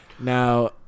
Now